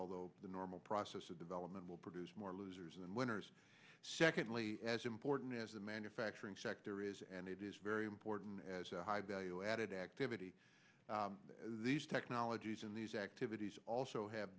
although the normal process of development will produce more losers and winners secondly as important as the manufacturing sector is and it is very important as a high value added activity these technologies in these activities also have